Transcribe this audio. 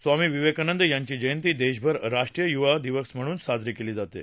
स्वामी विवेकानंद यांची जयंती देशभर राष्ट्रीय युवा दिवस म्हणून साजरी केली जाते